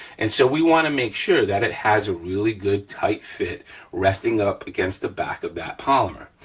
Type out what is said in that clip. and so we wanna make sure that it has a really good tight fit resting up against the back of that polymer,